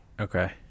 okay